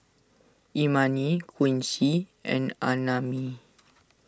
Imani Quincy and Annamae